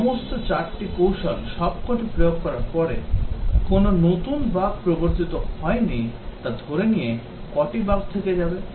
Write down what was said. আমরা সমস্ত 4 টি কৌশল সবকটি প্রয়োগ করার পরে কোনও নতুন বাগ প্রবর্তিত হয়নি তা ধরে নিয়ে কয়টি বাগ থেকে যাবে